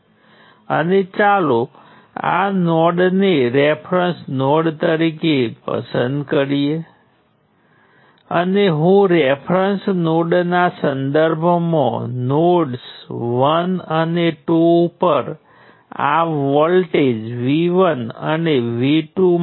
તેથી તમે જોઈ શકો છો કે નોડ 1 અને નોડ 2 વચ્ચે ચોક્કસ કરંટ વહે છે જે Vx ને સપ્રમાણ છે રેઝિસ્ટરના કિસ્સામાં Vx નોડ 1 અને 2 વચ્ચેનો વોલ્ટેજ છે નિયંત્રણ સ્ત્રોતના કિસ્સામાં Vx એ સર્કિટમાં કોઈ પણ જગ્યાએ વોલ્ટેજ છે